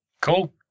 Cool